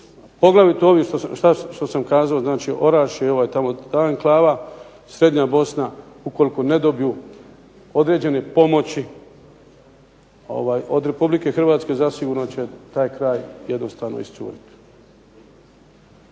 poglavito ovi što sam kazao znači Orašje i tamo ta enklava, srednja Bosna, ukoliko ne dobiju određene pomoći od Republike Hrvatske zasigurno će taj kraj jednostavno iscuriti.